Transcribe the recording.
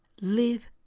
live